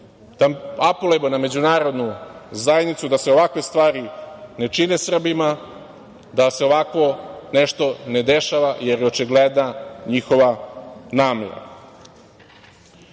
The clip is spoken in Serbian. da apelujemo na međunarodnu zajednicu, da se ovakve stvari ne čine Srbima, da se ovakvo nešto ne dešava, jer je očigledna njihova namera. Na